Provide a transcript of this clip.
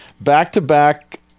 back-to-back